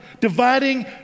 dividing